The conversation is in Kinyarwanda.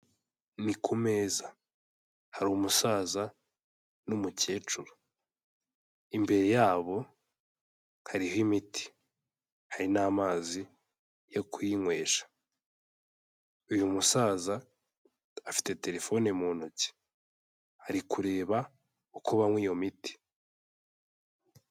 Ni ku meza, hari umusaza n'umukecuru, imbere yabo hariho imiti, hari n'amazi yo kuyinywesha. Uyu musaza afite telefone mu ntoki, ari kureba uko banywa iyo miti.